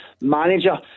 manager